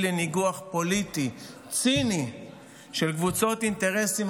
לניגוח פוליטי ציני של קבוצות אינטרסים,